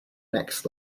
next